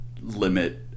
limit